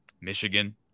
Michigan